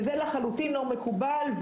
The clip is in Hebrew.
וזה לחלוטין לא מקובל,